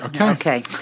Okay